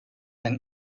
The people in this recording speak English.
can